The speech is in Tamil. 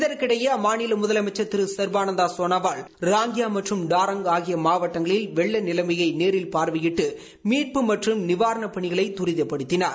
இதற்கிடையே அம்மாநில முதலமைச்சர் திரு சா்பானந்தா சோனாவால் ராங்கியா மற்றும் டாரங்க் ஆகிய மாவட்டங்களில் வெள்ள நிலைமையை நேரில் பார்வையிட்டு மீட்பு முற்றும் நிவாரணப் பனிகளை துரிதப்படுத்தினார்